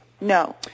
No